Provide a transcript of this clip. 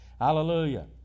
Hallelujah